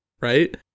Right